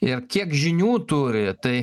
ir kiek žinių turi tai